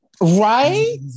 Right